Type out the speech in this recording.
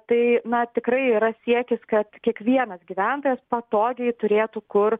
tai na tikrai yra siekis kad kiekvienas gyventojas patogiai turėtų kur